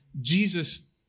Jesus